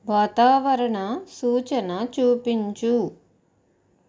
వాతావరణ సూచన చూపించు